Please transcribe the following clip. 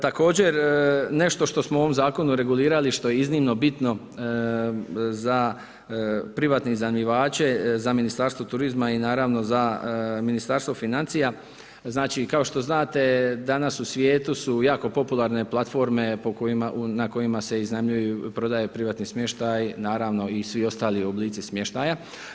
Također nešto što smo u ovom zakonu regulirali, što je iznimno bitno za privatne iznajmljivače i za Ministarstvo turizma i naravno za Ministarstvo financija, znači, kao što znate, danas u svijetu su jako popularne platforme na kojima se iznajmljuju prodaju privatnog smještaja naravno i svi ostali oblici smještaja.